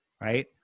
right